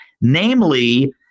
namely